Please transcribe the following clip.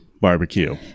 barbecue